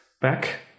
back